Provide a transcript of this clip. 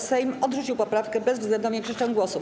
Sejm odrzucił poprawkę bezwzględną większością głosów.